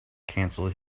canceled